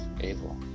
able